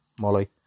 Molly